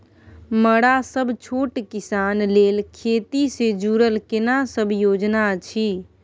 मरा सब छोट किसान लेल खेती से जुरल केना सब योजना अछि?